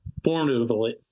formatively